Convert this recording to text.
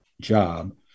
job